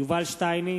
יובל שטייניץ,